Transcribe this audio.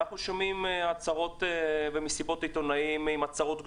אנחנו שומעים הצהרות ומסיבות עיתונאים עם הצהרות גדולות,